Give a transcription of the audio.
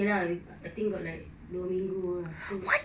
okay I think got like dua minggu to